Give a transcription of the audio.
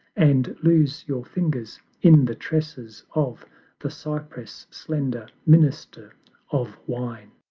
and lose your fingers in the tresses of the cypress-slender minister of wine.